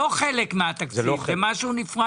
אני מקדם בברכה את נגיד בנק ישראל, אמיר ירון.